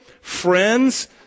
friends